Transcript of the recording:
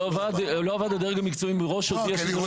הדרג המקצועי הודיע